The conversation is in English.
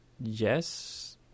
Yes